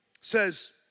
says